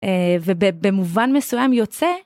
ובמובן מסוים יוצא.